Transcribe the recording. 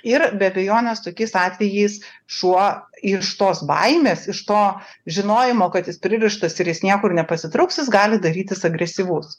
ir be abejonės tokiais atvejais šuo iš tos baimės iš to žinojimo kad jis pririštas ir jis niekur nepasitrauks jis gali darytis agresyvus